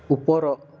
ଉପର